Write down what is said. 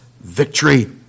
victory